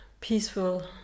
peaceful